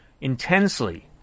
intensely